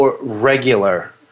regular